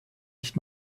nicht